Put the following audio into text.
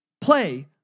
Play